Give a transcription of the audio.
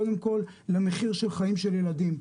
קודם כל למחיר של חיים של ילדים,